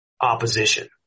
opposition